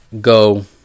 go